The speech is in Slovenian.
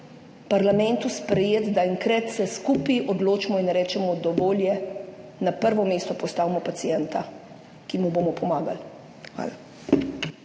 parlamentu sprejet, da enkrat se skupaj odločimo in rečemo, dovolj je, na prvo mesto postavimo pacienta, ki mu bomo pomagali. Hvala.